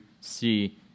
see